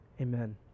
Amen